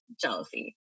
jealousy